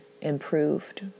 improved